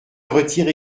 retire